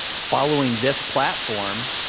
following this platform,